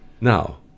Now